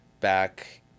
back